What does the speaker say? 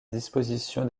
disposition